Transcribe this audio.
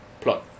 Plot